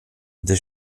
this